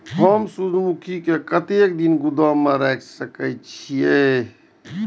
हम सूर्यमुखी के कतेक दिन गोदाम में रख सके छिए?